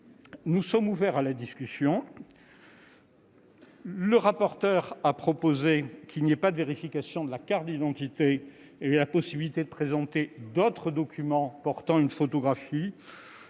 nous sommes ouverts à la discussion. Le rapporteur a proposé qu'il n'y ait pas de vérification de la carte d'identité et qu'il soit possible de présenter d'autres documents portant une photographie